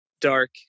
dark